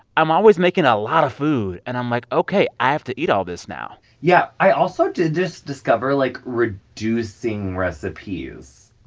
i'm always making a lot of food. and i'm like, ok, i have to eat all this now yeah. i also did just discover, like, reducing recipes.